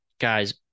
guys